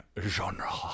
genre